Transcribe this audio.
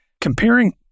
comparing